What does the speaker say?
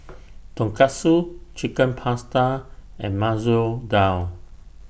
Tonkatsu Chicken Pasta and Masoor Dal